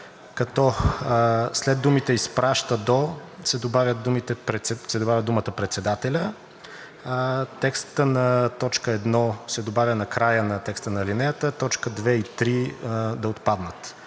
след думите „изпраща до“ се добавя думата „председателя“. Текстът на т. 1 се добавя накрая на текста на алинеята, а т. 2 и 3 да отпаднат.